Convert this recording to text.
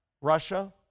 Russia